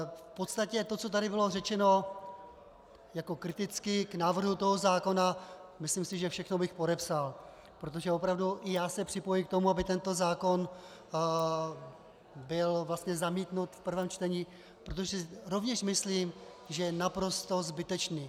V podstatě to, co tady bylo řečeno kriticky k návrhu zákona, myslím si, že všechno bych podepsal, protože opravdu i já se připojuji k tomu, aby tento zákon byl zamítnut v prvém čtení, protože si rovněž myslím, že je naprosto zbytečný.